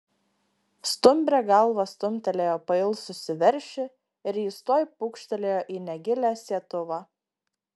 stumbrė galva stumtelėjo pailsusį veršį ir jis tuoj pūkštelėjo į negilią sietuvą